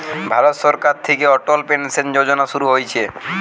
ভারত সরকার থিকে অটল পেনসন যোজনা শুরু হইছে